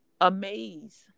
amazed